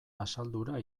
asaldura